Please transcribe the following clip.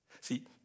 See